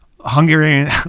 Hungarian